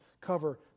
cover